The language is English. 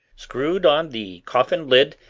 screwed on the coffin-lid,